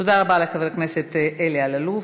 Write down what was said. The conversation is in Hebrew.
תודה רבה לחבר הכנסת אלי אלאלוף,